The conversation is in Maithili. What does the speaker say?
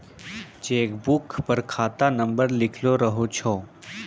चेक बुक पर खाता नंबर लिखलो रहै छै